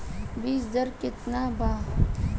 बीज दर केतना वा?